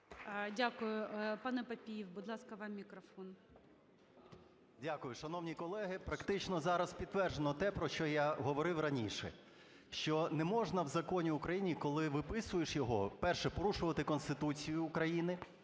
Дякую. Пане Папієв, будь ласка, вам мікрофон.